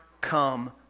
come